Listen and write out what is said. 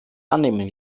annehmen